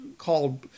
Called